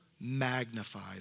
magnifies